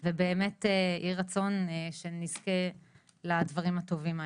ובאמת, יהי רצון שנזכה לדברים הטובים האלה.